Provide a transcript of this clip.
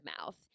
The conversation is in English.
mouth